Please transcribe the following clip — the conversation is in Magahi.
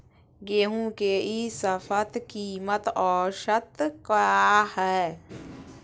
गेंहू के ई शपथ कीमत औसत क्या है?